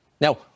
Now